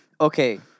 Okay